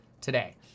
today